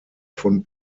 von